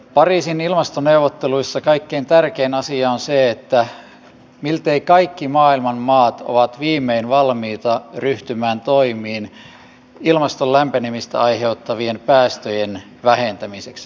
pariisin ilmastoneuvotteluissa kaikkein tärkein asia on se että miltei kaikki maailman maat ovat viimein valmiita ryhtymään toimiin ilmaston lämpenemistä aiheuttavien päästöjen vähentämiseksi